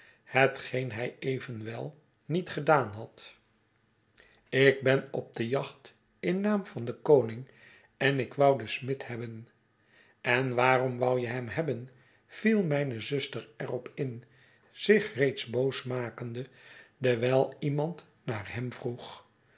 hetgeen hij evenwel niet gedaan had ik ben op de jacht in naam van den koning en ik wou den smid hebben en waarom wou je hem hebben viel mijne zuster er op in zich reeds boos makende dewijl iemand naar hem vroeg